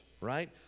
right